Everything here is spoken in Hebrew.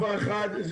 דבר אחד,